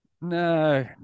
no